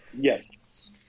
Yes